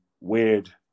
weird